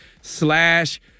slash